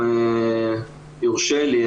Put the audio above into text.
אם יורשה לי,